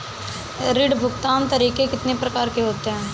ऋण भुगतान के तरीके कितनी प्रकार के होते हैं?